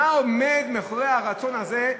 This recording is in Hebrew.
מה עומד מאחורי הרצון הזה,